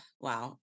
wow